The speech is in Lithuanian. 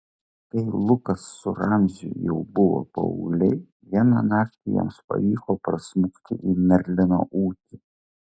kai lukas su ramziu jau buvo paaugliai vieną naktį jiems pavyko prasmukti į merlino ūkį